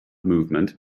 movement